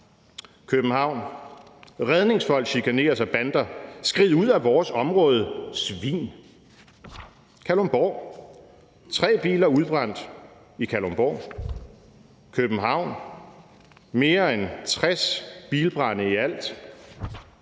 Redningsfolk chikaneres af bander: 'Skrid ud af vores område, svin'. Kalundborg: »Tre biler udbrændt i Kalundborg«. København: »Mere end 60 bilbrande i alt«.